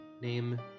Name